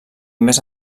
més